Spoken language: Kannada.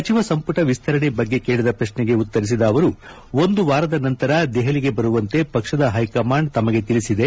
ಸಚಿವ ಸಂಪುಟ ವಿಸ್ತರಣೆ ಬಗ್ಗೆ ಕೇಳಿದ ಪ್ರಕ್ನೆಗೆ ಉತ್ತರಿಸಿದ ಅವರು ಒಂದು ವಾರದ ನಂತರ ದೆಹಲಿಗೆ ಬರುವಂತೆ ಪಕ್ಷದ ಹೈಕಮಾಂಡ್ ತಮಗೆ ತಿಳಿಸಿದೆ